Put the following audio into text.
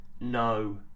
no